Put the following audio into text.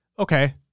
Okay